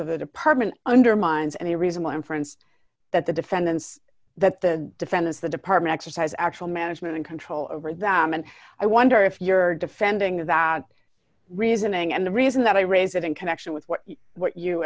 of the department undermines any reasonable inference that the defendants that the defendants the department exercise actual management and control over them and i wonder if you're defending that reasoning and the reason that i raise it in connection with what what you